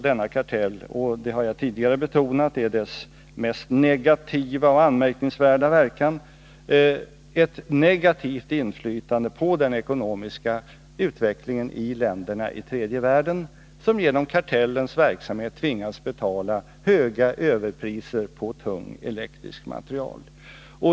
Denna kartell har vidare ett mycket negativt inflytande på den ekonomiska utvecklingen i länderna i tredje världen, som genom kartellens verksamheter tvingas betala höga överpriser på tungt elektriskt material.